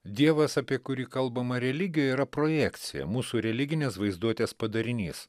dievas apie kurį kalbama religijoj yra projekcija mūsų religinės vaizduotės padarinys